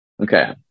Okay